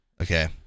okay